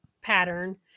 pattern